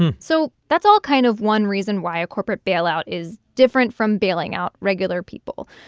so that's all kind of one reason why a corporate bailout is different from bailing out regular people,